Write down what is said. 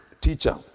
Teacher